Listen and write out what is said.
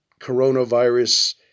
coronavirus